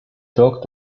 talked